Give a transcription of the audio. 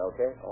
Okay